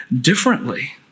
differently